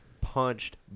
punched